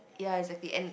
ya exactly and